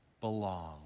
belong